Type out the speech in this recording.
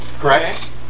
Correct